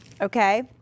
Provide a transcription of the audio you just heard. okay